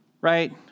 Right